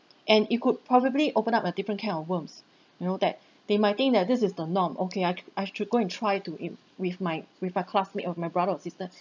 and it could probably open up a different can of worms you know that they might think that this is the norm okay I I should go and try to you with my with my classmate or my brother or sister